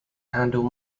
handle